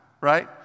right